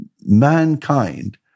mankind